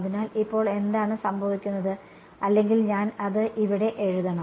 അതിനാൽ ഇപ്പോൾ എന്താണ് സംഭവിക്കുന്നത് അല്ലെങ്കിൽ ഞാൻ അത് ഇവിടെ എഴുതണം